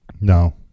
No